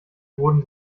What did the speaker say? wurden